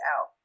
out